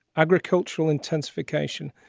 agricultural intensification.